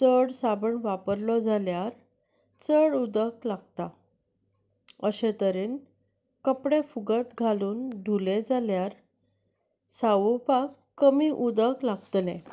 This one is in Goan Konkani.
चड साबण वापरलो जाल्यार चड उदक लागता अशे तरेन कपडे फुगत घालून धुले जाल्यार सारोवपाक कमी उदक लागतले